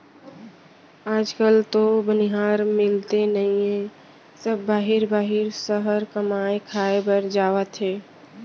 आज काल तो बनिहार मिलते नइए सब बाहिर बाहिर सहर कमाए खाए बर जावत हें